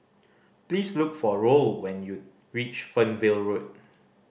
please look for Roll when you reach Fernvale Road